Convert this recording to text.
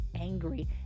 angry